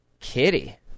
Kitty